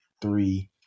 three